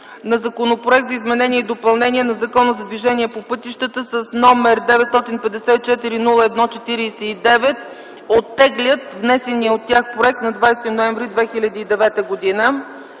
на Законопроекта за изменение и допълнение на Закона за движение по пътищата с № 954-01-49 оттеглят внесения от тях Законопроект на 20 ноември 2009 г.